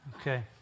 Okay